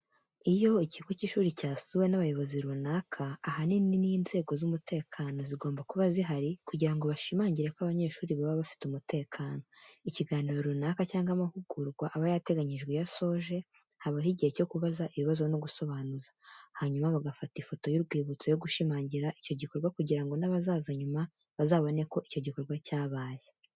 Iyo ikigo cy'ishuri cyasuwe n'abayobozi runaka, ahanini n'inzego z'umutekano zigomba kuba zihari kugira ngo bashimangire ko abanyeshuri baba bafite umutekano. Ikiganiro runaka cyangwa amahugurwa aba yateganijwe iyo asoje habaho igihe cyo kubaza ibibazo no gusobanuza, hanyuma bagafata ifoto y'urwibutso yo gushimangira icyo gikorwa kugira ngo n'abazaza nyuma bazabone ko icyo gikorwa cyabaye.